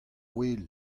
ouel